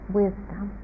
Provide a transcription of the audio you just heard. wisdom